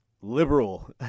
liberal